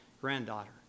granddaughter